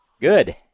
Good